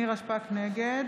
נגד